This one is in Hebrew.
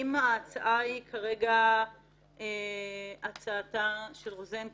האם כרגע ההצעה היא הצעתה של רוזין,